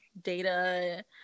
data